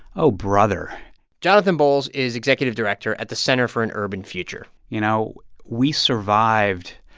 oh, brother jonathan bowles is executive director at the center for an urban future you know, we survived